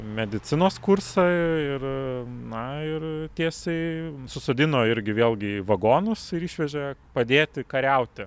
medicinos kursą ir na ir tiesiai susodino irgi vėlgi į vagonus ir išvežė padėti kariauti